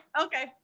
okay